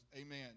Amen